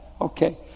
Okay